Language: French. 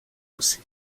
rossi